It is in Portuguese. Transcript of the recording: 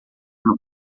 ano